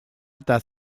eta